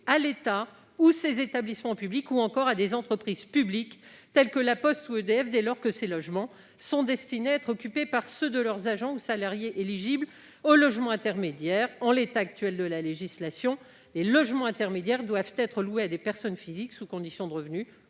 à l'État, à ses établissements publics ou à des entreprises publiques, telles que La Poste ou EDF, dès lors que ces logements sont destinés à être occupés par ceux de leurs agents ou salariés qui sont éligibles au logement intermédiaire. En l'état actuel de la législation, les logements intermédiaires doivent être loués à des personnes physiques sous conditions de revenus